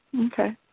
Okay